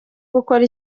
gukora